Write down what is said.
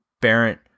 Barrett